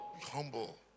Humble